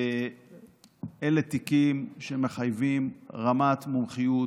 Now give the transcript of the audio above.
אלה תיקים שמחייבים רמת מומחיות,